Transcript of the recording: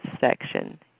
section